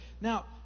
Now